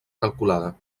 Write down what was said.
calculada